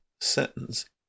sentence